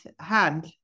hand